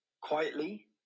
quietly